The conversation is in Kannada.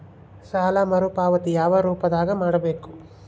ಸಾಲ ಮರುಪಾವತಿ ಯಾವ ರೂಪದಾಗ ಮಾಡಬೇಕು?